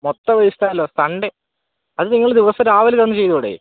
മൊത്തം വേസ്റ്റാണല്ലോ സൺഡേ അത് നിങ്ങൾ ദിവസം രാവിലെ ചെന്ന് ചെയ്തുകൂടെ